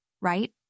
right